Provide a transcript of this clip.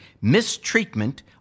mistreatment